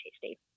tasty